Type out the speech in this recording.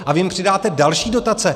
A vy jim přidáte další dotace.